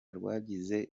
rwagize